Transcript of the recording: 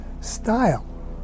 style